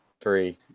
three